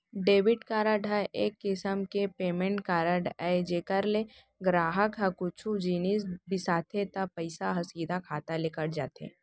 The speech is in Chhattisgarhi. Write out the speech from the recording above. डेबिट कारड ह एक किसम के पेमेंट कारड अय जेकर ले गराहक ह कुछु जिनिस बिसाथे त पइसा ह सीधा खाता ले कट जाथे